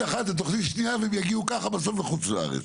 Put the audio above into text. אחת לתוכנית שנייה והם יגיעו ככה בסוף לחוץ לארץ.